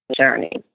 journey